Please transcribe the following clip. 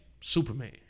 Superman